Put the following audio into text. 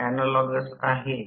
तर यात कोणता गोंधळ होऊ नये